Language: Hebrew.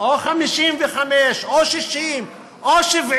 או 55%, או 60, או 70